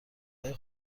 های